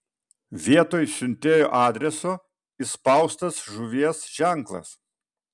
vietoj siuntėjo adreso įspaustas žuvies ženklas